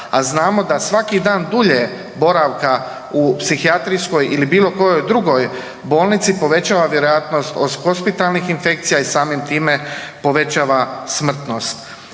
a znamo da svaki dan dulje boravka u psihijatrijskoj ili bilo kojoj drugoj bolnici povećava vjerojatnost hospitalnih infekcija i samim time povećava smrtnost.